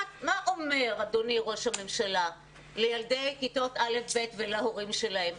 מה אדוני ראש הממשלה בעצם אומר לילדי כיתות א'-ב' ולהורים שלהם?